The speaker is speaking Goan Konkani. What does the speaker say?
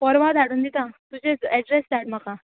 परवां धाडून दिता तुजेच एड्रॅस धाड म्हाका